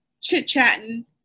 chit-chatting